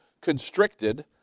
constricted